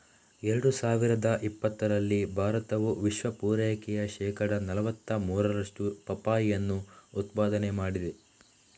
ಎರಡು ಸಾವಿರದ ಇಪ್ಪತ್ತರಲ್ಲಿ ಭಾರತವು ವಿಶ್ವ ಪೂರೈಕೆಯ ಶೇಕಡಾ ನಲುವತ್ತ ಮೂರರಷ್ಟು ಪಪ್ಪಾಯಿಯನ್ನ ಉತ್ಪಾದನೆ ಮಾಡಿದೆ